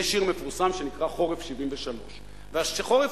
יש שיר מפורסם שנקרא "חורף 73'". החורף